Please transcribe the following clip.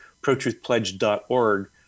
protruthpledge.org